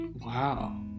wow